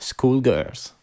Schoolgirls